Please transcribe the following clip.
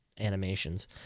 animations